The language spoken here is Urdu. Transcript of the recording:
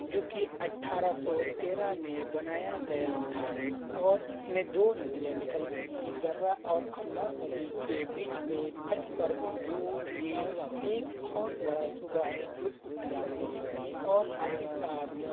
جو کہ اٹھارہ سو تیرہ میں بنایا گیا تھا اور اس میں دو ندیاں نکلتی ہیں گرا اور کھنا ندی کے بیچ میں تٹ پر موجود یہ ایک بہت بڑا صوبہ ہے جو اترپردیش میں اور ساتھ ہی ساتھ